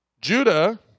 Judah